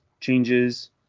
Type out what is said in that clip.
changes